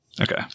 Okay